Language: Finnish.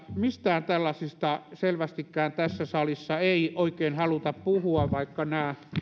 mistään tällaisista selvästikään tässä salissa ei oikein haluta puhua vaikka nämä